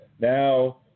Now